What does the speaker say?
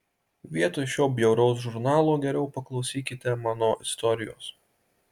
vietoj šio bjauraus žurnalo geriau paklausykite mano istorijos